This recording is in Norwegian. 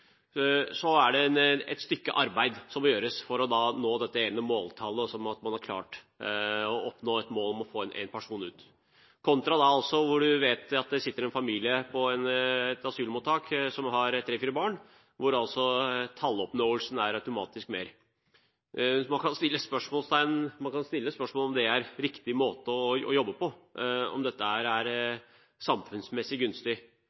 et stykke arbeid som måtte gjøres for å nå dette ene måltallet – at man klarte å oppnå et mål om å få én person ut – kontra der hvor du visste at det satt en familie på et asylmottak som hadde tre–fire barn, hvor talloppnåelsen automatisk ville være bedre. Man kan stille spørsmål ved om det er riktig måte å jobbe på, og om dette er samfunnsmessig gunstig.